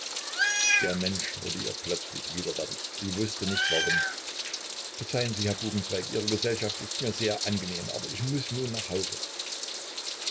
der mensch wurde ihr plötzlich widerwärtig sie wußte nicht warum verzeihen sie herr buchenzweig ihre gesellschaft ist mir sehr angenehm aber ich muß nun nach hause